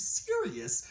serious